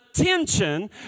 attention